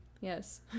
Yes